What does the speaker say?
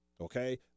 okay